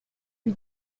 lui